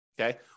okay